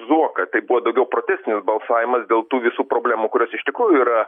zuoką tai buvo daugiau protestinis balsavimas dėl tų visų problemų kurios iš tikrųjų yra